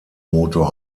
motor